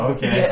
Okay